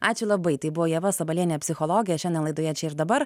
ačiū labai tai buvo ieva sabalienė psichologė šiandien laidoje čia ir dabar